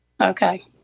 Okay